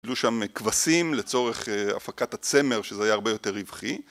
גידלו שם כבשים לצורך הפקת הצמר שזה יהיה הרבה יותר רווחי